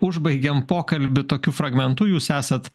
užbaigėm pokalbį tokiu fragmentu jūs esat